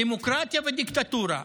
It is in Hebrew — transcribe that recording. דמוקרטיה ודיקטטורה.